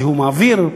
זיהום האוויר,